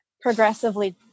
progressively